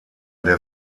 der